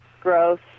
Gross